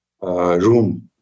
room